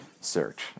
search